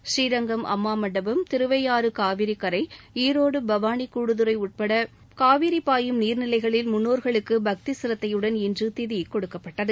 ஸ்ரீரங்கம் அம்மா மண்டபம் படித்துறை திருவையாறு காவிரிக்கரை ஈரோடு பவானி கூடுதுறை உட்பட காவிரி பாயும் நீர்நிலைகளில் முன்னோர்களுக்கு பக்தி சீரத்தையுடன் இன்று திதி கொடுக்கப்பட்டது